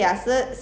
ya